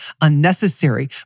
unnecessary